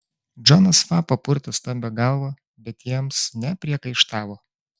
džonas fa papurtė stambią galvą bet jiems nepriekaištavo